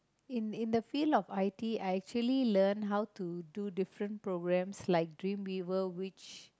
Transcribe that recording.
in in the field of I_T I actually learn how to do different programmes like dream we were rich